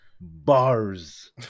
Bars